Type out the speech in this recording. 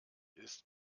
ist